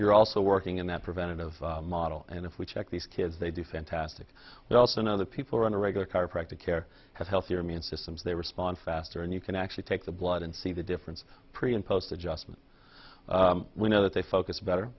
you're also working in that prevented of model and if we check these kids they do fantastic they also know that people on a regular chiropractor care have healthier immune systems they respond faster and you can actually take the blood and see the difference pre and post adjustment we know that they focus better